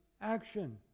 action